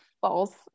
false